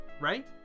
right